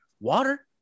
Water